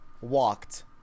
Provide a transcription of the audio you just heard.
walked